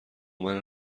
منو